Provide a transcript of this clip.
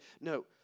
No